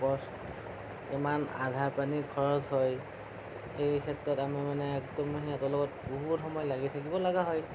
ইমান আহাৰ পানী খৰচ হয় সেই ক্ষেত্ৰত আমি মানে একদম সিহঁতৰ লগত বহুত সময় লাগি থাকিবলগীয়া হয়